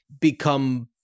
become